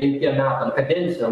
penkiem metam kadencijom